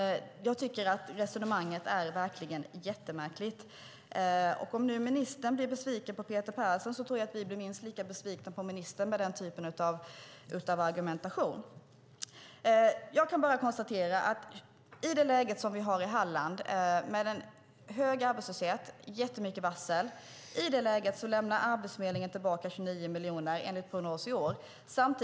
Jag tycker att resonemanget verkligen är mycket märkligt. Om ministern nu blir besviken på Peter Persson, tror jag att vi blir minst lika besvikna på ministern när hon har den typen av argumentation. Jag kan bara konstatera att i det läge som vi har i Halland med en hög arbetslöshet och jättemånga varsel lämnar Arbetsförmedlingen tillbaka 29 miljoner enligt prognosen i år.